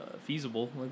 feasible